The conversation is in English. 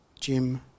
Jim